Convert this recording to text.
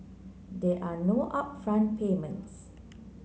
there are no upfront payments